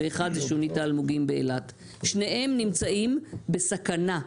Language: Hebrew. שניהם נמצאים בסכנה.